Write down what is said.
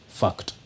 fact